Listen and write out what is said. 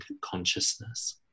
consciousness